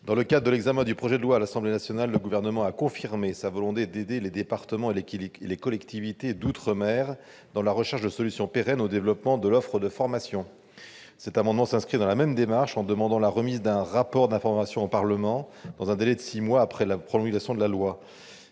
Dans le cadre de l'examen du projet de loi par l'Assemblée nationale, le Gouvernement a confirmé sa volonté d'aider les départements et les collectivités d'outre-mer dans la recherche de solutions pérennes au développement de l'offre de formation. Cet amendement s'inscrit dans la même démarche, en demandant la remise d'un rapport d'information au Parlement dans un délai de six mois après la promulgation de la loi.